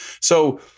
So-